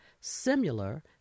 similar